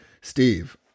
Steve